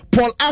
Paul